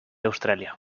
australia